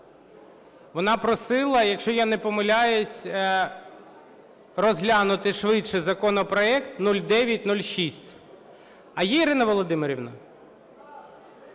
Вона просила, якщо я не помиляюсь, розглянути швидше законопроект 0906. А є Ірина Володимирівна?